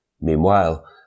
Meanwhile